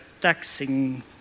taxing